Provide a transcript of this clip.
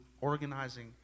organizing